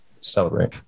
celebrate